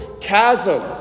chasm